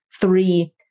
three